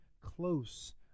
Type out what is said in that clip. close